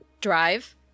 Drive